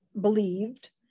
believed